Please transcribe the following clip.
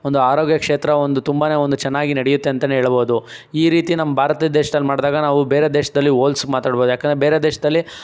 ಒಂದು ಆರೋಗ್ಯ ಕ್ಷೇತ್ರ ಒಂದು ತುಂಬನೇ ಒಂದು ಚೆನ್ನಾಗಿ ನಡೆಯುತ್ತೆ ಅಂತಲೇ ಹೇಳಬೋದು ಈ ರೀತಿ ನಮ್ಮ ಭಾರತ ದೇಶದಲ್ಲಿ ಮಾಡಿದಾಗ ನಾವು ಬೇರೆ ದೇಶದಲ್ಲಿ ಹೋಲಿಸಿ ಮಾತಾಡ್ಬೋದು ಏಕೆಂದ್ರೆ ಬೇರೆ ದೇಶದಲ್ಲಿ